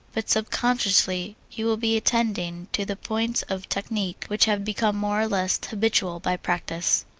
but subconsciously you will be attending to the points of technique which have become more or less habitual by practise.